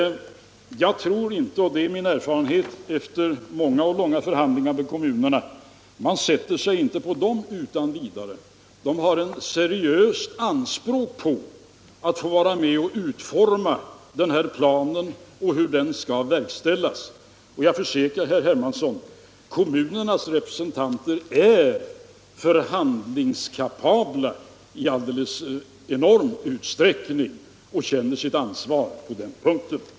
Jag tror inte — och det är min erfarenhet efter många och långa förhandlingar med kommunerna — att man sätter sig inte på dem utan vidare. De har ett seriöst anspråk på att få vara med och utforma den här planen och se hur den skall verkställas. Jag försäkrar herr Hermansson att kommunernas representanter är förhandlingskapabla i alldeles enorm utsträckning och känner sitt ansvar på den punkten.